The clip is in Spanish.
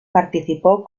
participó